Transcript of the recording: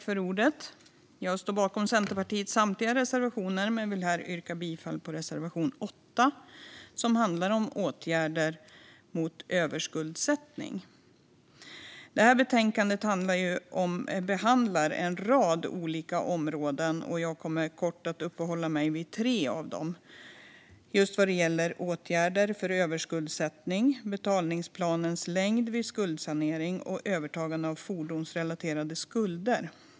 Fru talman! Jag står bakom Centerpartiets samtliga reservationer, men jag vill här yrka bifall endast till reservation 8 som handlar om åtgärder mot överskuldsättning. Det här betänkandet behandlar en rad olika områden, och jag kommer kort att uppehålla mig vid tre av dem: åtgärder mot överskuldsättning, betalningsplanens längd vid skuldsanering och övertagandet av fordonsrelaterade skulder.